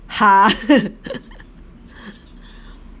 !huh!